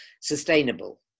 sustainable